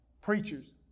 Preachers